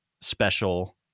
special